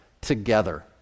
together